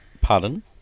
Pardon